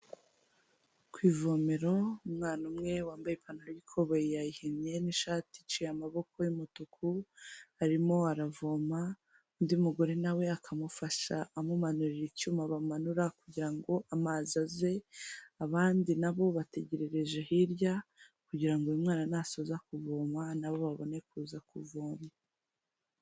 Ku ivomero umwana umwe wambaye ipantaro y'ikobo yayihennye n'ishati iciye amaboko y'umutuku, arimo aravoma, undi mugore nawe akamufasha amumanurira icyuma bamanura kugira ngo amazi aze, abandi nabo bategererereje hirya kugira ngo uyu mwana nasoza kuvoma nabo babone kuza kuvoma.